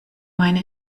meine